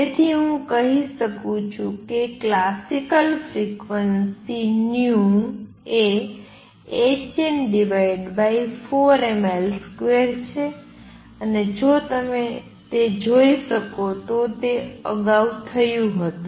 તેથી હું કહી શકું છું કે ક્લાસિકલ ફ્રિક્વન્સી એ hn4mL2 છે અને જો તમે તે જોઈ શકો તો તે અગાઉ થયું હતું